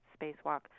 spacewalk